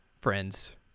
friends